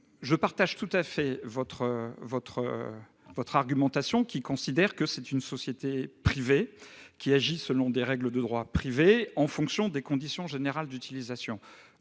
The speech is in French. Je souscris tout à fait à votre argumentation : Twitter est une société privée, qui agit selon des règles de droit privé, en fonction de ses conditions générales d'utilisation.